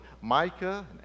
Micah